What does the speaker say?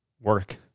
work